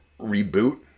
reboot